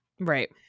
Right